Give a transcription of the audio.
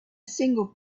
single